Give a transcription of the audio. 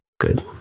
Good